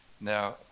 Now